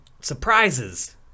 surprises